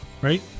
Right